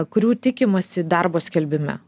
kurių tikimasi darbo skelbime